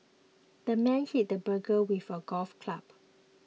the man hit the burglar with a golf club